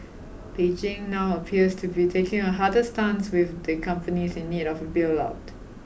Beijing now appears to be taking a harder stance with the companies in need of a bail out